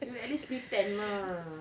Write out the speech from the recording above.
you at least pretend lah